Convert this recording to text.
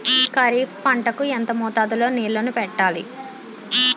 ఖరిఫ్ పంట కు ఎంత మోతాదులో నీళ్ళని పెట్టాలి?